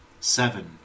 Seven